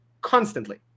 constantly